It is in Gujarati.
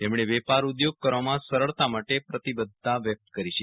તેમણે વેપાર ઉધોગ કરવામાં સરળતાં માટે પ્રતિબધ્ધ્તાં વ્યકત કરી છે